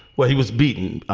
well, he was beaten